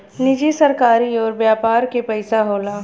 निजी सरकारी अउर व्यापार के पइसा होला